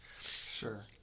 Sure